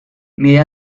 mira